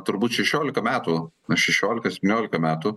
turbūt šešiolika metų na šešiolika septyniolika metų